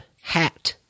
hat